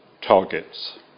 targets